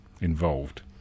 involved